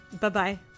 Bye-bye